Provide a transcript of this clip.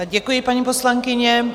Děkuji, paní poslankyně.